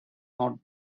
not